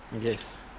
Yes